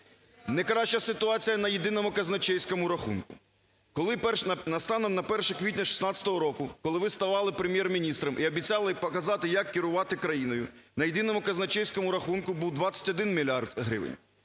Не краща ситуація на єдиному казначейському рахунку, коли станом на 1 квітня 2016 року, коли ви ставали Прем'єр-міністром і обіцяли показати, як керувати країною, на єдиному казначейському рахунку був 21 мільярд гривень.